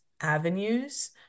avenues